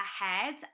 ahead